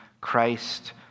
Christ